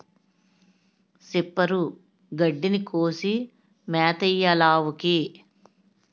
సిప్పరు గడ్డిని కోసి మేతెయ్యాలావుకి